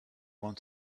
want